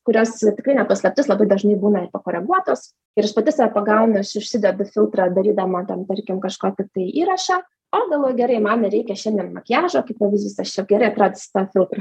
kurios tikrai ne paslaptis labai dažnai būna ir pakoreguotos ir aš pati save pagaunu užsidedu filtrą darydama ar ten tarkim kažkokį tai įrašą o galvoju gerai man nereikia šiandien makiažo kaip pavyzdys aš čia gerai atrodau su tuo filtru